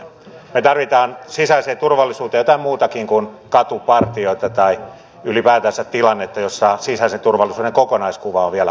me tarvitsemme sisäiseen turvallisuuteen jotain muutakin kuin katupartioita tai ylipäätänsä tilannetta jossa sisäisen turvallisuuden kokonaiskuva on vielä varsin hahmottumaton